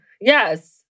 yes